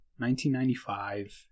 1995